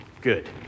Good